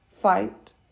Fight